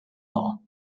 law